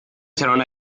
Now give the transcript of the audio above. salón